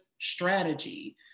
strategy